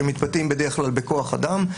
שמתבטאים בדרך כלל בכוח אדם,